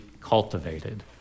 cultivated